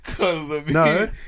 no